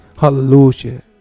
Hallelujah